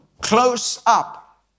close-up